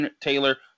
Taylor